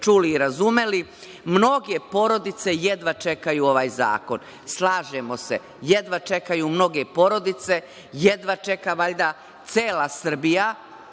čuli i razumeli, mnoge porodice jedva čekaju ovaj zakon. Slažemo se, jedva čekaju mnoge porodice, jedva čeka valjda cela Srbija